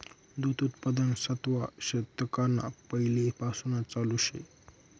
दूध उत्पादन सातवा शतकना पैलेपासून चालू शे